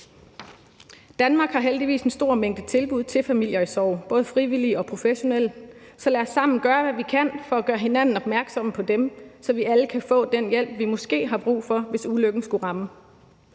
Danmark har heldigvis en stor mængde tilbud til familier i sorg, både frivillige og professionelle. Så lad os sammen gøre, hvad vi kan, for at gøre hinanden opmærksomme på dem, så vi alle kan få den hjælp, vi måske har brug for, hvis ulykken skulle ramme.